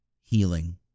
Healing